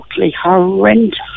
horrendous